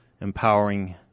empowering